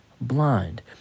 blind